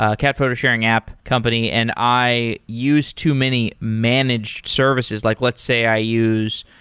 ah cat photo-sharing app company, and i use too many managed services. like let's say i use